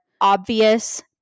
obvious